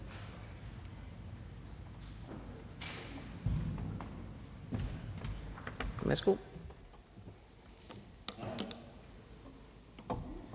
Værsgo.